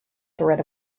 threat